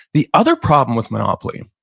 the other problem with monopoly